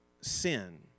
sin